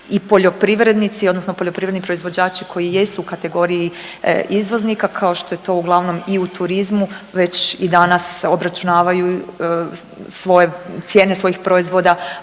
i poljoprivrednici odnosno poljoprivredni proizvođači koji jesu u kategoriji izvoznika kao što je to uglavnom i u turizmu već i danas obračunavaju svoje cijene, cijene svojih proizvoda